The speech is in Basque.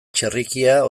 txerrikia